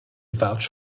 vouch